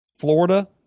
Florida